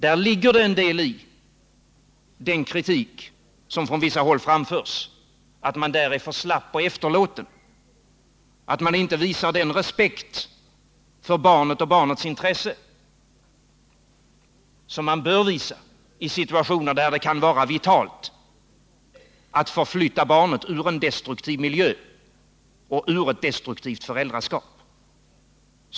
Där ligger det en del i den kritik som från vissa håll framförs att man där är för slapp och efterlåten, att man inte visar den respekt för barnet och barnets intressen som man bör visa i situationer där det kan vara vitalt att förflytta barnet ur en destruktiv miljö och ur ett destruktivt föräldraskap.